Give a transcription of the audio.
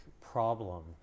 problem